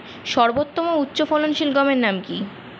সর্বোত্তম ও উচ্চ ফলনশীল গমের নাম কি?